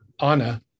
Anna